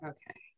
Okay